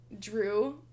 Drew